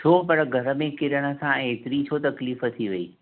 छो पर घर में किरण सां एतिरी छो तकलीफ़ थी वई